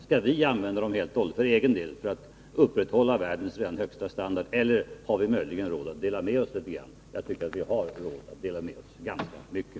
Skall vi använda dem helt och hållet för egen del för att upprätthålla världens redan högsta standard, eller har vi möjligen råd att dela med oss litet grand? Jag tycker att vi har råd att dela med oss — ganska mycket.